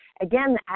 again